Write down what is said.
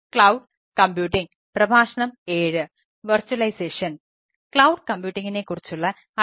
Cloud Computing cloud computing Prof